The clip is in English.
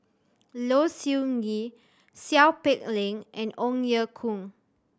Low Siew Nghee Seow Peck Leng and Ong Ye Kung